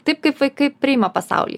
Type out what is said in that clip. taip kaip vaikai priima pasaulį